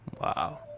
Wow